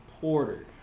Porter